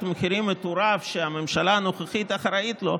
מחירים מטורף שהממשלה הנוכחית אחראית לו,